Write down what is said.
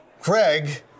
Craig